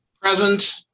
Present